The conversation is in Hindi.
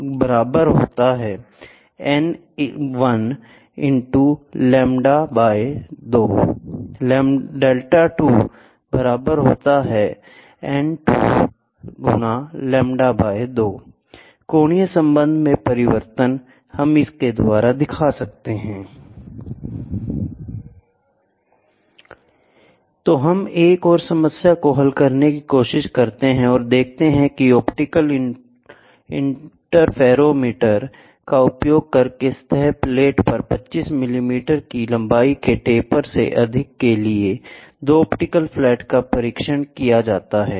इसलिए कोणीय संबंध में परिवर्तन तो हम एक और समस्या को हल करने की कोशिश करते हैं और देखते हैं कि ऑप्टिकल इंटरफेरोमीटर का उपयोग करके सतह प्लेट पर 25 मिमी की लंबाई के टेपर से अधिक के लिए 2 ऑप्टिकल फ्लैट का परीक्षण किया जाता है